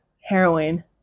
heroin